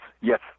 Yes